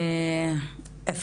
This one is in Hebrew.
לקראת הסוף,